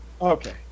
Okay